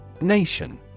Nation